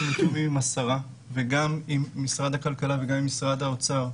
אנחנו מתואמים עם השרה וגם עם משרד הכלכלה וגם עם משרד האוצר,